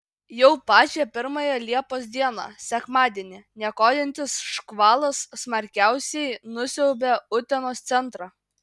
jau pačią pirmąją liepos dieną sekmadienį niokojantis škvalas smarkiausiai nusiaubė utenos centrą